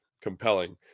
compelling